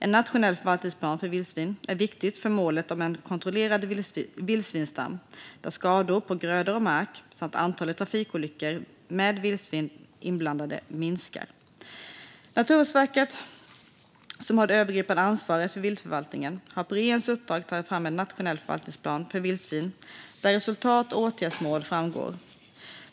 En nationell förvaltningsplan för vildsvin är viktig för målet om en kontrollerad vildsvinsstam där skador på gröda och mark samt antalet trafikolyckor med vildsvin inblandade minskas. Naturvårdsverket, som har det övergripande ansvaret för viltförvaltning, har på regeringens uppdrag tagit fram en nationell förvaltningsplan för vildsvin där resultat och åtgärdsmål framgår.